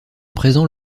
présents